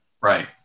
Right